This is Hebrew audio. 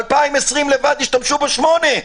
ב-2020 לבד השתמשו בו שמונה.